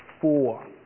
four